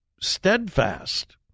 steadfast